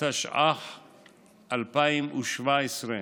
התשע"ח 2017,